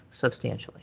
substantially